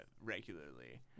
regularly